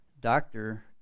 doctor